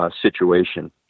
situation